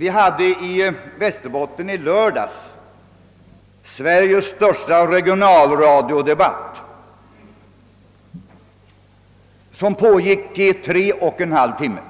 I Västerbotten hade vi i lördags Sveriges största regionalradiodebatt. Den pågick i tre och en halv timme.